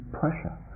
pressure